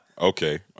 Okay